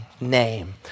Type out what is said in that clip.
name